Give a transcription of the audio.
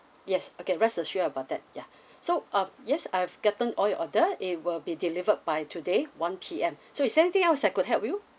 yes okay rest assure about that ya so um yes I have gotten all your order it will be delivered by today one P_M so is there anything else I could help you